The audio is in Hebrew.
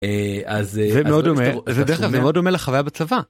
אה אז זה.. זה מאוד דומה זה מאוד דומה לחוויה בצבא